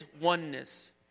Oneness